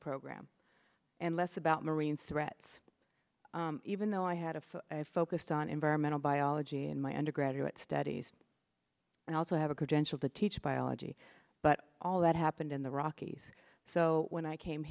program and less about marine threats even though i had a focused on environmental biology and my undergraduate studies and i also have a credential to teach biology but all that happened in the rockies so when i came